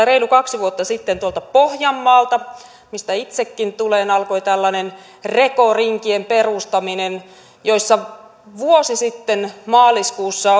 reilu kaksi vuotta sitten tuolta pohjanmaalta mistä itsekin tulen alkoi reko rinkien perustaminen joissa vuosi sitten maaliskuussa